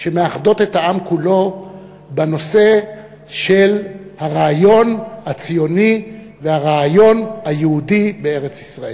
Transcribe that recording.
שמאחדות את העם כולו בנושא של הרעיון הציוני והרעיון היהודי בארץ-ישראל.